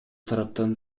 тараптын